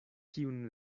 kiun